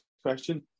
Question